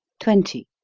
twenty.